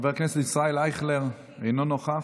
חבר הכנסת ישראל אייכלר, אינו נוכח,